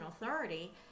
authority